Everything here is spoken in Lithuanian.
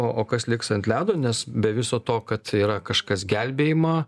o o kas liks ant ledo nes be viso to kad yra kažkas gelbėjima